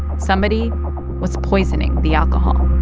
somebody was poisoning the alcohol